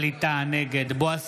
נגד בועז